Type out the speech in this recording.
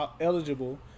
eligible